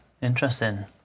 interesting